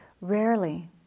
rarely